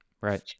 Right